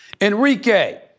Enrique